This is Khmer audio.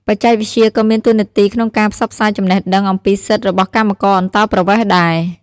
បច្ចេកវិទ្យាក៏មានតួនាទីក្នុងការផ្សព្វផ្សាយចំណេះដឹងអំពីសិទ្ធិរបស់កម្មករអន្តោប្រវេសន៍ដែរ។